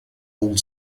old